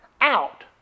out